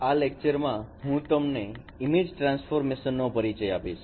આ લેક્ચરમાં હું તમને ઈમેજ ટ્રાન્સફોર્મશન નો પરિચય આપીશ